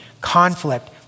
conflict